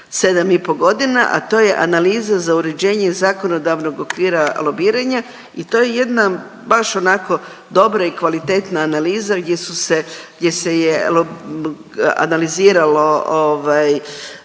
7,5 godina, a to je analiza za uređenje zakonodavnog okvira lobiranja i to je jedna baš onako dobra i kvalitetna analiza gdje su se, gdje se je analiziralo